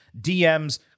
dms